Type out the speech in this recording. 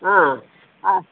ಹಾಂ ಹಾಂ